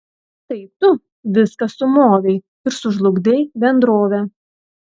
tai tu viską sumovei ir sužlugdei bendrovę